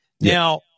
Now